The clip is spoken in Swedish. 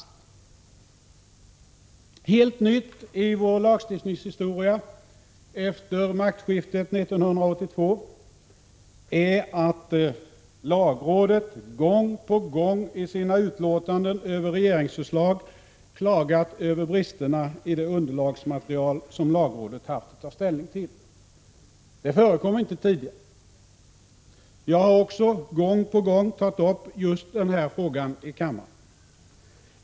Något helt nytt i vår lagstiftningshistoria är det som inträffat efter maktskiftet 1982 och som innebär att lagrådet gång på gång i sina utlåtanden över regeringsförslag klagat över bristerna i det underlagsmaterial som lagrådet haft att ta ställning till. Jag har också gång på gång tagit upp just den frågan här i kammaren.